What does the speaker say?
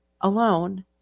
alone